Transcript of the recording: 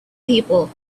people